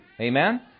Amen